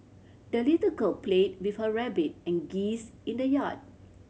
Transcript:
the little girl played with her rabbit and geese in the yard